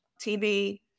TV